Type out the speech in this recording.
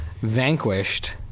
Vanquished